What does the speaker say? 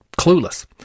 clueless